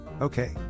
Okay